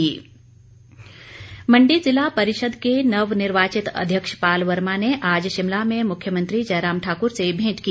भेंट मण्डी जिला परिषद के नवनिर्वाचित अध्यक्ष पाल वर्मा ने आज शिमला में मुख्यमंत्री जयराम ठाकुर से भेंट की